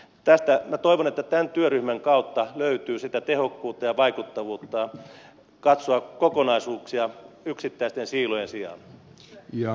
tästä minä toivon että tämän työryhmän kautta löytyy tehokkuutta ja vaikuttavuutta katsoa kokonaisuuksia yksittäisten siivujen sijaan